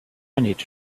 need